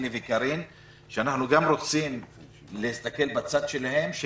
שאנחנו גם רוצים להסתכל בצד שלהם,